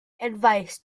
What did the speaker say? advice